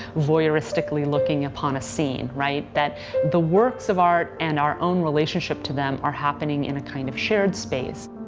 voyeuristically looking upon a scene, right? that the works of art and our own relationship to them are happening in a kind of shared space.